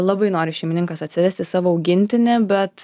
labai nori šeimininkas atsivesti savo augintinį bet